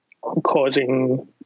causing